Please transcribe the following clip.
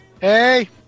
Hey